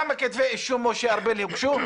כמה כתבי אישום, משה ארבל, הוגשו?